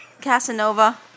Casanova